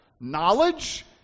Knowledge